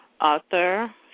author